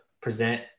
present